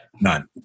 None